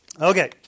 okay